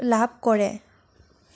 লাভ কৰে